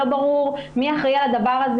ולא ברור מי אחראי על זה.